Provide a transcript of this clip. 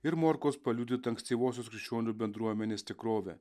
ir morkaus paliudytą ankstyvosios krikščionių bendruomenės tikrovę